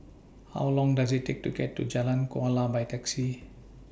How Long Does IT Take to get to Jalan Kuala By Taxi